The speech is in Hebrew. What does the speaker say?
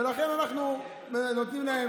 ולכן אנחנו נותנים להם,